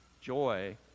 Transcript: Joy